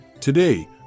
today